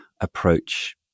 approach